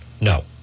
no